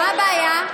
מה הבעיה?